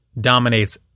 dominates